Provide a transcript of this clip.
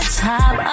top